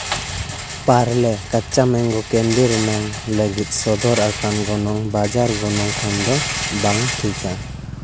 Parle Kaccha mango candy ᱨᱮᱱᱟᱜ ᱞᱟᱹᱜᱤᱫ ᱥᱚᱫᱚᱨ ᱟᱠᱟᱱ ᱜᱚᱱᱚᱝ ᱵᱟᱡᱟᱨ ᱜᱚᱱᱚᱝ ᱠᱷᱚᱱ ᱫᱚ ᱵᱟᱝ ᱴᱷᱤᱠᱟ